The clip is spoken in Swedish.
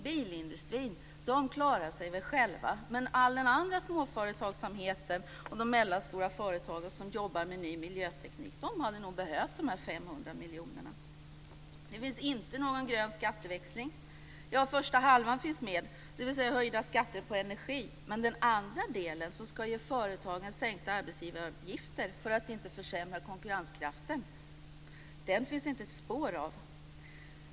Bilindustrin klarar sig väl själv, men all annan småföretagsamhet och de mellanstora företag som jobbar med ny miljöteknik hade nog behövt de här 500 miljonerna! Det finns inte någon grön skatteväxling. Ja, första halvan finns med, dvs. höjda skatter på energi, men den andra delen, som ska ge företagen sänkta arbetsgivaravgifter för att inte försämra konkurrensen, finns det inte ett spår av.